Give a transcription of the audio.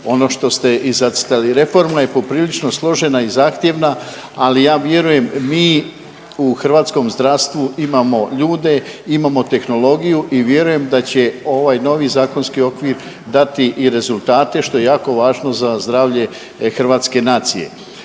ono što ste i zacrtali. Reforma je poprilično složena i zahtjevna, ali ja vjerujem mi u hrvatskom zdravstvu imamo ljude, imamo tehnologiju i vjerujem da će ovaj novi zakonski okvir dati i rezultate što je jako važno za zdravlje hrvatske nacije.